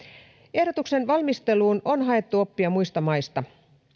ehdotuksen valmisteluun on haettu oppia muista maista